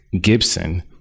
Gibson